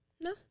No